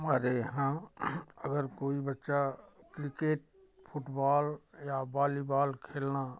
हमारे यहाँ अगर कोई बच्चा किर्केट फूटबौल या बौलीबौल खेलना